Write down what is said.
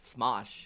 smosh